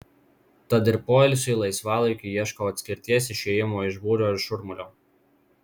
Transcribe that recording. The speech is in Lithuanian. tad ir poilsiui laisvalaikiui ieškau atskirties išėjimo iš būrio ir šurmulio